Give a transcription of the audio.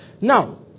Now